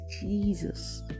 Jesus